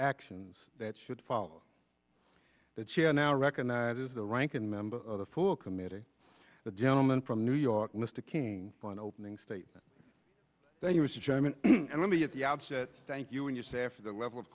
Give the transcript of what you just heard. actions that should follow that chair now recognizes the ranking member of the full committee the gentleman from new york lista keen on opening statement that he was chairman and let me at the outset thank you when you say after the level of